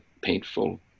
painful